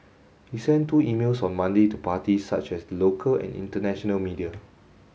he sent two emails on Monday to parties such as the local and international media